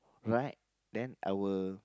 right then I will